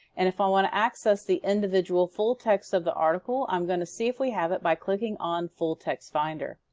and if i want to access the individual full text of the article i'm gonna see if we have it by clicking on full text finder.